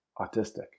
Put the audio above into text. autistic